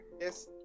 Yes